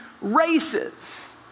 races